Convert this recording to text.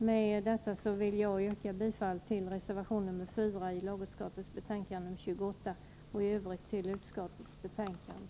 Med detta vill jag yrka bifall till reservation nr 4 i lagutskottets betänkande nr 28 och i övrigt till utskottets hemställan.